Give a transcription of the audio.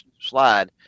slide